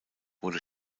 wurde